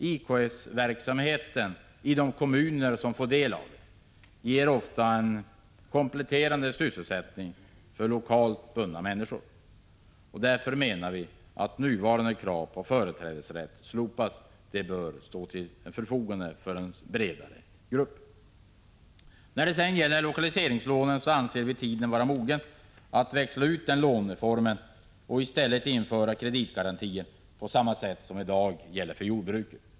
IKS-verksamheten i de kommuner som får del av den ger ofta en kompletterande sysselsättning för lokalt bundna människor. Därför bör nuvarande krav på företrädesrätt slopas och verksamheten stå till förfogande för en bredare grupp. När det sedan gäller lokaliseringslånen anser vi tiden vara mogen för att växla ut denna låneform och i stället införa kreditgarantier på samma sätt som i dag gäller för jordbruket.